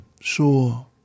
sure